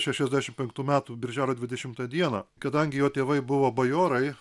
šešiasdešim penktų metų birželio dvidešimtą dieną kadangi jo tėvai buvo bajorai